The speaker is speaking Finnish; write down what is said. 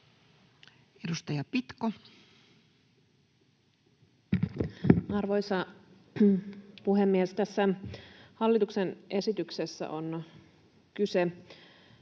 Edustaja Pitko. Arvoisa puhemies! Tässä hallituksen esityksessä on kyse